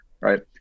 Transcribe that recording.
Right